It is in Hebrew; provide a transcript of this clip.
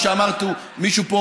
כמו שאמרנו,